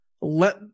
Let